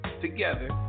together